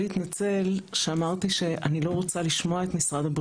כשלצערי הבית הזה עוד לא הצליח להפוך את הגזירה.